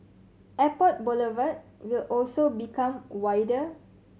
Airport Boulevard will also become wider